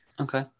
Okay